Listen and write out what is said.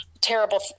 terrible